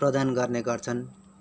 प्रदान गर्ने गर्छन्